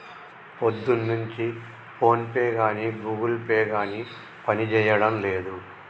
పొద్దున్నుంచి ఫోన్పే గానీ Google Pay గానీ పనిజేయడం లేదు